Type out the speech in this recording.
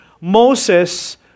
Moses